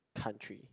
country